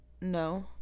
no